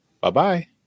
Bye-bye